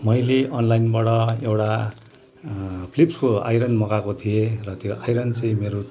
मैले अनलाइनबाट एउटा फिलिप्सको आइरन मगाएको थिएँ र त्यो आइरन चाहिँ मेरो